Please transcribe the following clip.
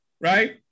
right